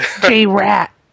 J-Rat